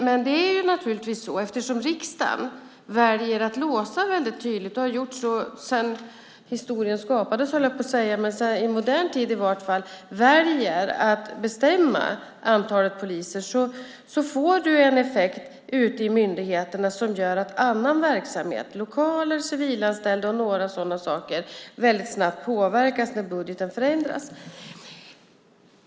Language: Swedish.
Men eftersom riksdagen väljer att tydligt låsa och bestämma antalet poliser - och alltid har gjort så i modern tid - får det en effekt ute i myndigheterna som gör att annan verksamhet, lokaler, civilanställda och sådana saker snabbt påverkas när budgeten förändras.